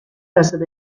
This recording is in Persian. درصد